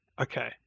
okay